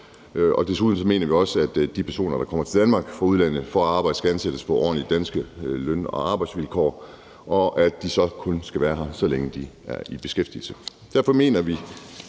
og desuden mener vi også, at de personer, der kommer til Danmark fra udlandet for at arbejde, skal ansættes på ordentlige danske løn- og arbejdsvilkår, og at de så kun skal være her, så længe de er i beskæftigelse. Derfor mener vi